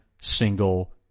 single